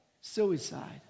Suicide